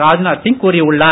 ராஜ்நாத் சிங் கூறி உள்ளார்